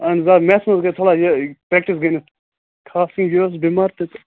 اہن حظ آ میتھس حظ گٔے تھوڑا یہِ پٛرٚیکٹِس گٔے نہٕ خاص کیٚنٛہہ یہِ ٲس بیٚمار تہِ تہٕ